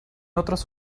otras